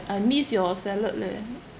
I miss your salad leh